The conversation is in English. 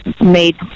made